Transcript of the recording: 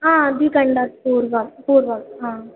हा द्विघण्टात् पूर्वं पूर्वं हा